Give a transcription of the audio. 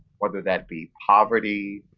whether that be poverty,